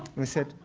and i said,